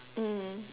mm